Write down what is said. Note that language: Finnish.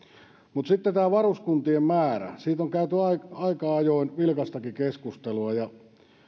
mutta sitten tästä varuskuntien määrästä on käyty aika aika ajoin vilkastakin keskustelua ja